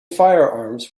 firearms